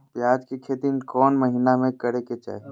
प्याज के खेती कौन महीना में करेके चाही?